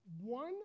one